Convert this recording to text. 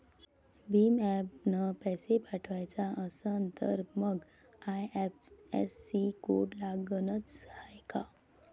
भीम ॲपनं पैसे पाठवायचा असन तर मंग आय.एफ.एस.सी कोड लागनच काय?